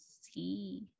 see